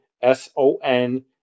S-O-N